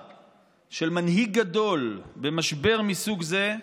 כל המנגנונים הרגילים של קבלת החלטות אינם רלוונטיים.